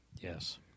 Yes